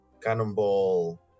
cannonball